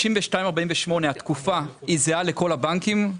ה-52-48, התקופה, היא זהה לכל הבנקים?